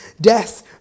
death